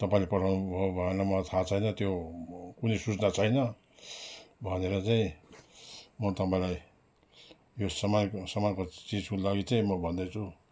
तपाईँले पठाउनु भयो भएन मलाई थाह छैन त्यो कुनै सुचना छैन भनेर चाहिँ म तपाईँलाई यो समयको सामानको चिजको लागि चाहिँ म भन्दैछु